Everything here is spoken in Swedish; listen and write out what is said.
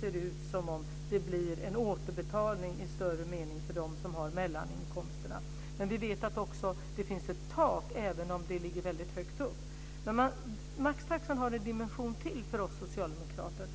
ser ut som om det blir en återbetalning i större mening för dem som har mellaninkomsterna. Men vi vet att det också finns ett tak, även om det ligger väldigt högt. Maxtaxan har en dimension till för oss socialdemokrater.